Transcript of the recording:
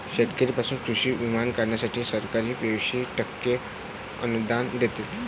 शेतकऱ्यांना कृषी विमा काढण्यासाठी सरकार ऐंशी टक्के अनुदान देते